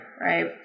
right